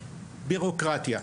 בירוקרטיה.